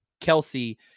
Kelsey